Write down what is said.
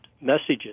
messages